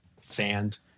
sand